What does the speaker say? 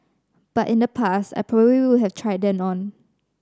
but in the past I probably would have tried them on